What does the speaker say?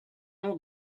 noms